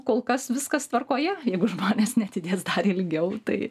kol kas viskas tvarkoje jeigu žmonės neatidės dar ilgiau tai